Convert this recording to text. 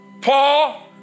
Paul